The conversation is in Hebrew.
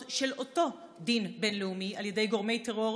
של אותו דין בין-לאומי על ידי גורמי טרור,